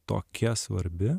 tokia svarbi